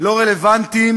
לא רלוונטיים,